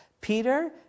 Peter